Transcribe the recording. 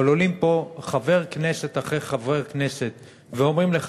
אבל עולים פה חבר כנסת אחרי חבר כנסת ואומרים לך: